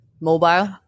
Mobile